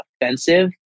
offensive